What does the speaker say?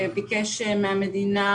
ביקש מהמדינה